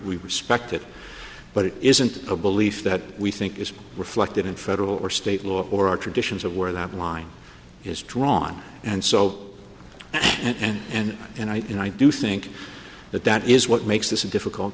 respect it but it isn't a belief that we think is reflected in federal or state law or our traditions of where that line is drawn and so and and and i you know i do think the that is what makes this a difficult